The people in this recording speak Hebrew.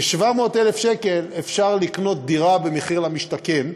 ב-700,000 שקלים אפשר לרכוש דירה במחיר למשתכן,